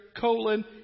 colon